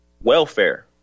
Welfare